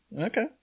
Okay